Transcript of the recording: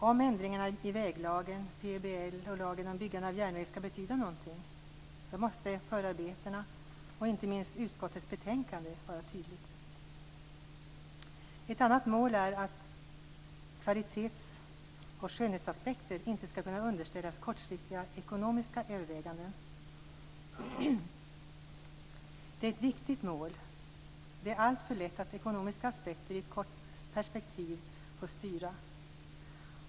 Om ändringarna i väglagen, PBL och lagen om byggande av järnväg skall betyda någonting måste förarbetena och inte minst utskottets betänkande vara tydligt. Ett annat mål är att kvalitets och skönhetsaspekter inte skall behöva underställas kortsiktiga ekonomiska överväganden. Det är ett viktigt mål. Det är alltför lätt att ekonomiska aspekter i ett kort perspektiv får styra.